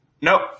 Nope